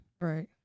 Right